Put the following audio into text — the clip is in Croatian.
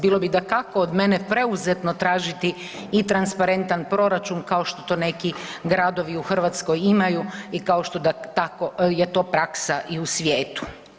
Bilo bi dakako od mene preuzetno tražiti i transparentan proračun kao što to neki gradovi u Hrvatskoj imaju i kao što da tako je to praksa u svijetu.